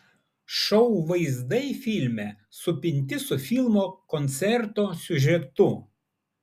šou vaizdai filme supinti su filmo koncerto siužetu